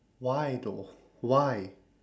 why though why